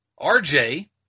RJ